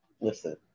Listen